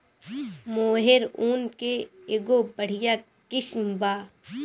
मोहेर ऊन के एगो बढ़िया किस्म बा